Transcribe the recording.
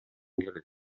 келет